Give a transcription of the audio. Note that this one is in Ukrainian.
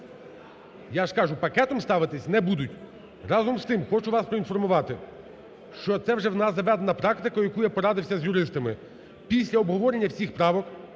Я ж кажу: пакетом ставитись не будуть. Разом з тим, хочу вас проінформувати (це вже в нас заведена практика, я порадився з юристами), після обговорення всіх правок